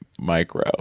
micro